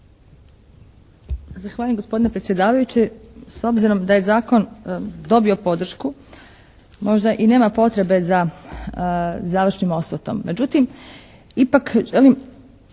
Zahvaljujem gospodine predsjedavajući. S obzirom da je Zakon dobio podršku možda i nema potrebe za završnim osvrtom,